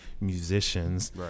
musicians